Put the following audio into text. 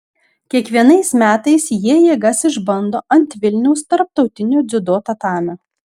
kiekvienais metais jie jėgas išbando ant vilniaus tarptautinio dziudo tatamio